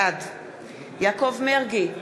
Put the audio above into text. בעד יעקב מרגי,